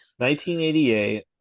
1988